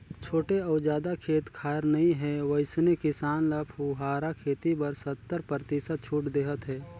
छोटे अउ जादा खेत खार नइ हे वइसने किसान ल फुहारा खेती बर सत्तर परतिसत छूट देहत हे